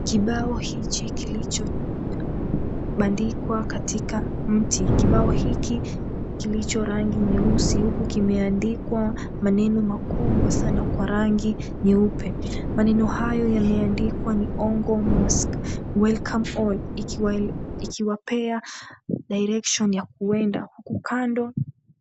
Kibao hichi kilichoandikwa katika mti, kibao hiki kilicho rangi nyeusi kimeandikwa maneno makubwa sana kwa rangi nyeupe maneno hayo yaliyoandikwa ni Hongo Mosque Welcome All ikiwapea direction ya kuenda kando.